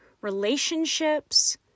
relationships